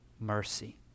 mercy